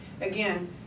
Again